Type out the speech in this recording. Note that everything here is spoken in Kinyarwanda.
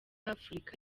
afurika